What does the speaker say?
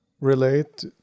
relate